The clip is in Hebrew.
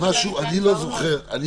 אני לא רוצה שישחק לי הפוך.